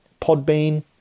Podbean